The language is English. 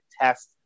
test